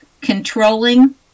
controlling